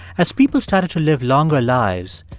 as people started to live longer lives,